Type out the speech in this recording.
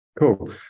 Cool